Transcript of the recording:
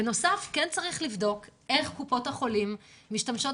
בנוסף צריך לבדוק איך קופות החולים משתמשות